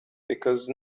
because